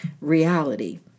reality